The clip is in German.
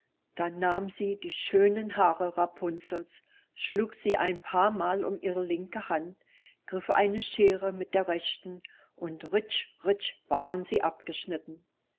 da nahm sie die schönen haare rapunzels schlug sie ein paar mal um ihre linke hand griff eine scheere mit der rechten und ritsch ritsch waren sie abgeschnitten